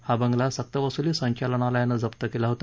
हा बंगला सक्तवसुली संचालनालयानं जप्त केला होता